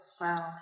Wow